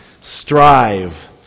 strive